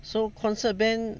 so concert band